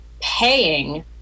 paying